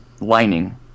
lining